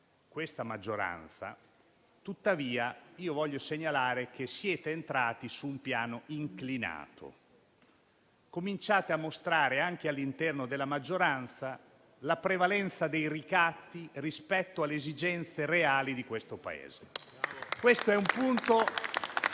questa maggioranza. Tuttavia, io voglio segnalare che siete entrati su un piano inclinato. Cominciate a mostrare, anche all'interno della maggioranza, la prevalenza dei ricatti rispetto alle esigenze reali del Paese.